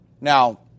Now